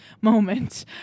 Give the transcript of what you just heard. moment